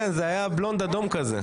כן, זה היה בלונד-אדום כזה.